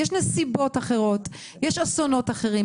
יש נסיבות אחרות ויש אסונות אחרים.